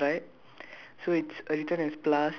okay there's a pharmacy beside it on the right